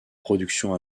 production